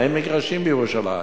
אין מגרשים בירושלים.